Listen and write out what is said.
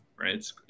right